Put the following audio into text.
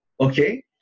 Okay